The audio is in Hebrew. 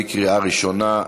בקריאה ראשונה.